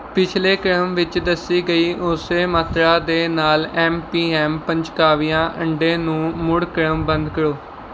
ਪਿਛਲੇ ਕ੍ਰਮ ਵਿੱਚ ਦੱਸੀ ਗਈ ਉਸ ਮਾਤਰਾ ਦੇ ਨਾਲ ਐੱਮ ਪੀ ਐੱਮ ਪੰਚਕਾਵਿਆਂ ਅੰਡੇ ਨੂੰ ਮੁੜ ਕ੍ਰਮਬੰਧ ਕਰੋ